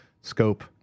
scope